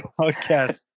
podcast